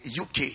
UK